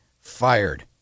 fired